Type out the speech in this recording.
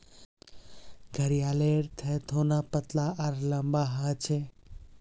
घड़ियालेर थथोना पतला आर लंबा ह छे